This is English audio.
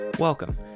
Welcome